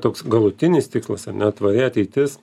toks galutinis tikslas ar ne tvari ateitis